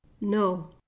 No